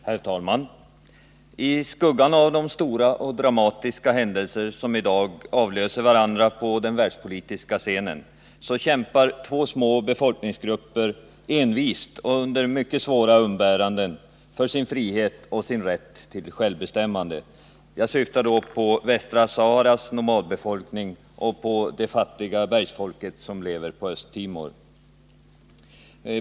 Herr talman! I skuggan av de stora och dramatiska händelser som i dag avlöser varandra på den världspolitiska scenen, kämpar två små befolkningsgrupper envist och under mycket svåra umbäranden för sin frihet och sin rätt till självbestämmande. Jag syftar på Västra Saharas nomadbefolkning och det fattiga bergsfolket som lever på Östtimor.